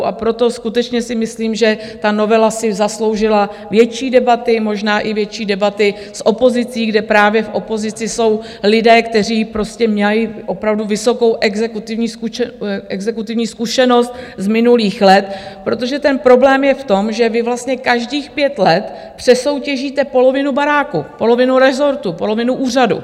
A proto si skutečně myslím, že ta novela si zasloužila větší debaty, možná i větší debaty s opozicí, kde právě v opozici jsou lidé, kteří prostě mají opravdu vysokou exekutivní zkušenost z minulých let, protože ten problém je v tom, že vy vlastně každých 5 let přesoutěžíte polovinu baráku, polovinu rezortu, polovinu úřadu.